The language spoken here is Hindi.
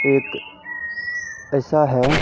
एक ऐसा है